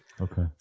Okay